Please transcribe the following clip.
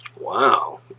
Wow